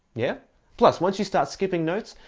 yeah plus, once you start skipping notes,